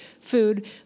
food